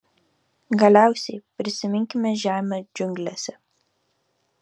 galiausiai prisiminkime žemę džiunglėse